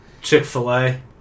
Chick-fil-A